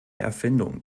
erfindung